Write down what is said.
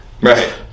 Right